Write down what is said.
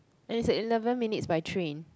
and it's a eleven minutes by train